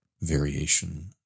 variation